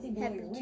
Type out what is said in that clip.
happy